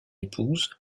épouse